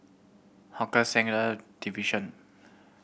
Hawker Centre Division